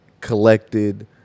collected